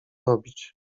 robić